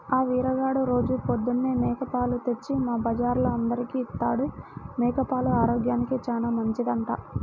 ఆ వీరిగాడు రోజూ పొద్దన్నే మేక పాలు తెచ్చి మా బజార్లో అందరికీ ఇత్తాడు, మేక పాలు ఆరోగ్యానికి చానా మంచిదంట